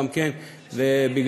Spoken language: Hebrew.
ושל קארין אלהרר.